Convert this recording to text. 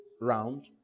round